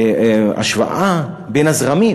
בהשוואה בין הזרמים.